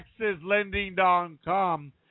TexasLending.com